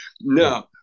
No